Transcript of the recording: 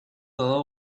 todo